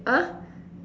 !huh!